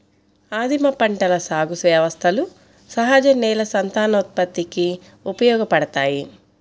ఆదిమ పంటల సాగు వ్యవస్థలు సహజ నేల సంతానోత్పత్తికి ఉపయోగపడతాయి